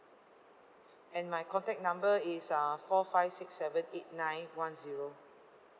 and my contact number is uh four five six seven eight nine one zero